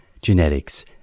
genetics